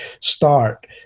start